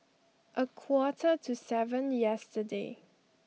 a quarter to seven yesterday